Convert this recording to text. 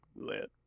Lit